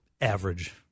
average